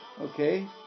okay